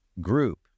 group